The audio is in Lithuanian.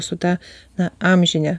su ta na amžine